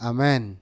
Amen